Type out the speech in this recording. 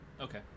okay